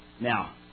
Now